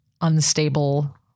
unstable